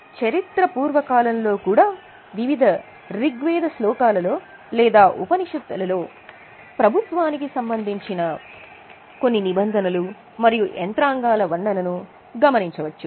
కాబట్టి చరిత్రపూర్వ కాలంలో కూడా వివిధ రిగ్వేద శ్లోకాల లో లేదా ఉపనిషత్తులలో ప్రభుత్వానికి సంబంధించిన కొన్ని నిబంధనలు మరియు యంత్రాంగాల వర్ణనను గమనించవచ్చు